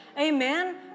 Amen